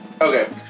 Okay